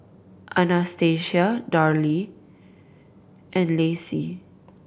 Anastasia Daryle and Lacy